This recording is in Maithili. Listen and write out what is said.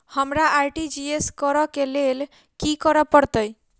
हमरा आर.टी.जी.एस करऽ केँ लेल की करऽ पड़तै?